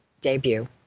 debut